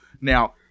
Now